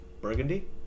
Burgundy